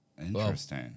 Interesting